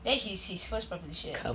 that is his first proposition